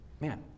man